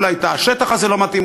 אולי תא השטח הזה לא מתאים,